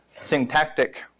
syntactic